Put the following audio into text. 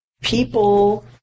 people